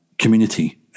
community